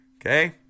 Okay